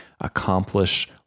accomplish